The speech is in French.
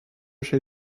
chez